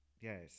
yes